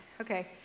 Okay